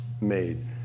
made